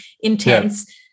intense